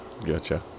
Gotcha